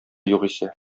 югыйсә